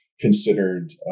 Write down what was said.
considered